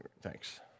Thanks